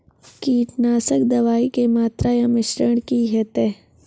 कीटनासक दवाई के मात्रा या मिश्रण की हेते?